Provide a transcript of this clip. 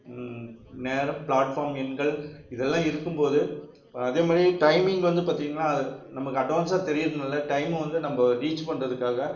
நேராக ப்ளாட்ஃபாம் எண்கள் இதல்லாம் இருக்கும்போது அதே மாதிரி டைமிங் வந்து பார்த்திங்ன்னா நமக்கு அட்வான்ஸாக தெரியுதுனால டைம் வந்து நம்ப ரீச் பண்ணுறதுக்காக